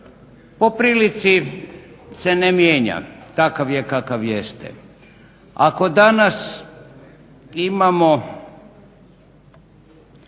po prilici se ne mijenja, takav je kakav jeste. Ako danas imamo